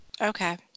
Okay